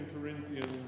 Corinthians